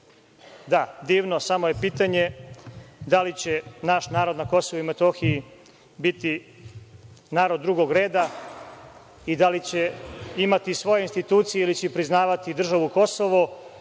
divno, samo je pitanje da li će naš narod na Kosovu i Metohiji biti narod drugog reda, i da li će imati svoje institucije ili će priznavati državu Kosovo,